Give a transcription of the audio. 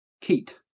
Kate